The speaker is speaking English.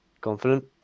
confident